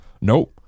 nope